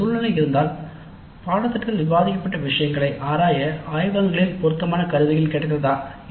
அந்த சூழ்நிலை இருந்தால் பாடத்திட்டத்தில் விவாதிக்கப்பட்ட விஷயங்களை ஆராய ஆய்வகங்களில் பொருத்தமான கருவிகள் கிடைத்ததா